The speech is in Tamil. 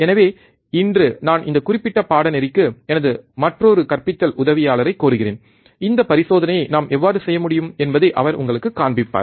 எனவே இன்று நான் இந்த குறிப்பிட்ட பாடநெறிக்கு எனது மற்றொரு கற்பித்தல் உதவியாளரைக் கோருகிறேன் இந்த பரிசோதனையை நாம் எவ்வாறு செய்ய முடியும் என்பதை அவர் உங்களுக்குக் காண்பிப்பார்